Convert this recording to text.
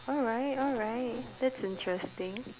alright alright that's interesting